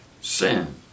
sin